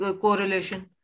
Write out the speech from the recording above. Correlation